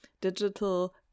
digital